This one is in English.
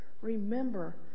remember